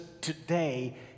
today